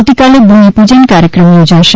આવતીકાલે ભૂમિપૂજન કાર્યક્રમ યોજાશે